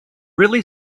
really